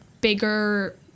bigger